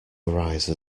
arise